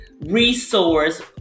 resource